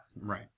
Right